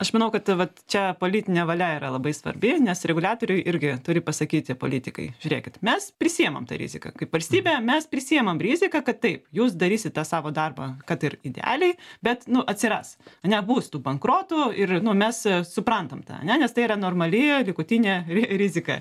aš manau kad vat čia politinė valia yra labai svarbi nes reguliatoriui irgi turi pasakyti politikai žiūrėkit mes prisiimam tą riziką kaip valstybė mes prisiimame riziką kad taip jūs darysit tą savo darbą kad ir idealiai bet nu atsiras ane bus tų bankrotų ir mes suprantam tą ane nes tai yra normali likutinė ri rizika